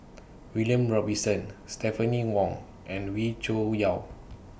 William Robinson Stephanie Wong and Wee Cho Yaw